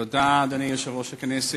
תודה, אדוני יושב-ראש הכנסת,